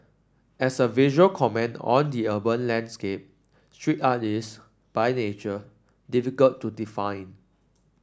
as a visual comment on the urban landscape street art is by nature difficult to define